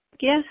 Yes